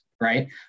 right